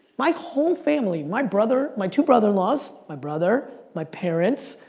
my whole family, my brother, my two brother-in-law's, my brother, my parents,